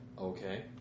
Okay